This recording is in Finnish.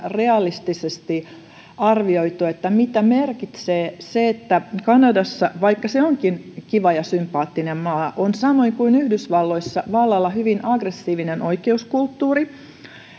realistisesti arvioitu mitä merkitsee se että kanadassa vaikka se onkin kiva ja sympaattinen maa on samoin kuin yhdysvalloissa vallalla hyvin aggressiivinen oikeuskulttuuri